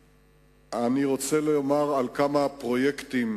אני רוצה לדבר על כמה פרויקטים